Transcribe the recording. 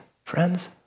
Friends